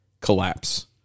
collapse